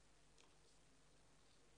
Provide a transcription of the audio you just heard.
בבקשה.